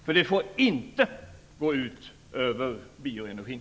Det får nämligen inte gå ut över bioenergin.